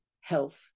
health